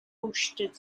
postage